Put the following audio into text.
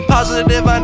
Positive